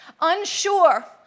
unsure